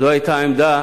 זו היתה העמדה